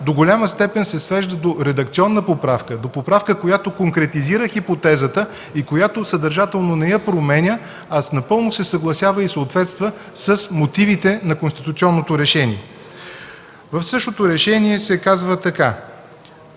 до голяма степен се свежда до редакционна поправка, до поправка, която конкретизира хипотезата и която съдържателно не я променя, а напълно се съгласява и съответства с мотивите на конституционното решение. В същото решение се казва така: